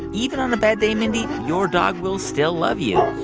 even on a bad day, mindy, your dog will still love you